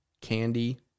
candy